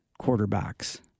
quarterbacks